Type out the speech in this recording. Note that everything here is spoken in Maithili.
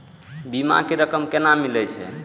बीमा के रकम केना मिले छै?